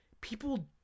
people